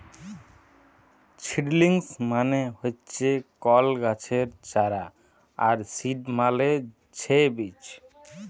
seedlings মানে হচ্যে কল গাছের চারা আর সিড মালে ছে বীজ